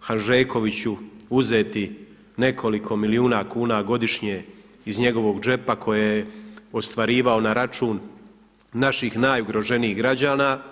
Hanžekoviću uzeti nekoliko milijuna kuna godišnje iz njegovog džepa koje je ostvarivao na račun naših najugroženijih građana.